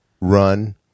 run